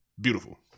beautiful